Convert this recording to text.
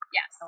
Yes